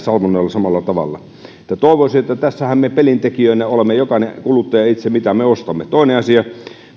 samalla tavalla aika kohtuullisen vakavia tauteja toivoisin että tässähän me pelintekijöinä olemme jokainen kuluttaja itse sillä mitä me ostamme toinen asia